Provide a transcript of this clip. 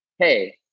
Hey